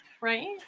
right